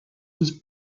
was